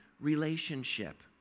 relationship